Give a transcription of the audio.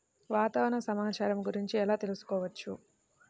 వాతావరణ సమాచారము గురించి ఎలా తెలుకుసుకోవచ్చు?